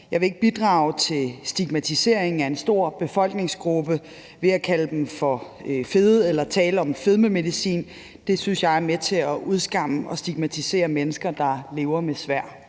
Jeg vil ikke bidrage til stigmatisering af en stor befolkningsgruppe ved at kalde dem for fede eller tale om fedmemedicin. Det synes jeg er med til at udskamme og stigmatisere mennesker, der lever med svær